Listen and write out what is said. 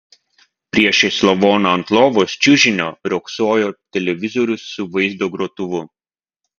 priešais lavoną ant lovos čiužinio riogsojo televizorius su vaizdo grotuvu